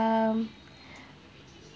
um